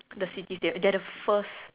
the city they they are the first